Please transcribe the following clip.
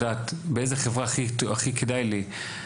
אני רוצה לדעת באיזה חברה הכי כדאי לי,